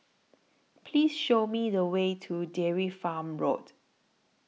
Please Show Me The Way to Dairy Farm Road